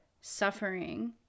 suffering